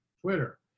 Twitter